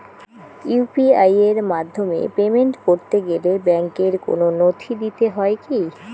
UPI এর মাধ্যমে payment করতে গেলে ব্যাংকের কোন নথি দিতে হয় কি?